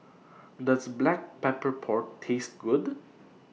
Does Black Pepper Pork Taste Good